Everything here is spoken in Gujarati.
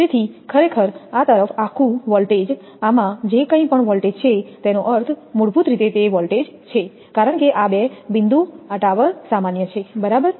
તેથી ખરેખર આ તરફ આખું વોલ્ટેજ આમાં જે કંઇ પણ વોલ્ટેજ છે તેનો અર્થ મૂળભૂત રીતે તે વોલ્ટેજ છે કારણ કે આ બે બિંદુ આ ટાવર સામાન્ય છે બરાબર